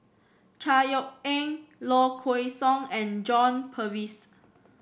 Chor Yeok Eng Low Kway Song and John Purvis